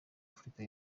afurika